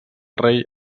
rei